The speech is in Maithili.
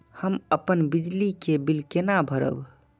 हम अपन बिजली के बिल केना भरब?